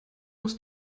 muss